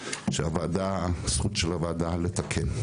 שהזכות של הוועדה לתקן.